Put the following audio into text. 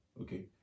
Okay